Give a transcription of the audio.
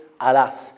Alas